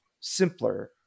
simpler